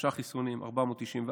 שלושה חיסונים,